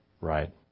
right